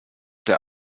der